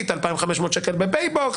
2,500 שקל בפייבוקס.